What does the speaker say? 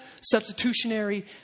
substitutionary